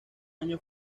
año